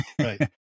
right